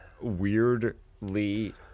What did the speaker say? weirdly